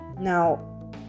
now